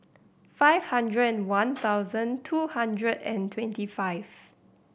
five hundred and one thousand two hundred and twenty five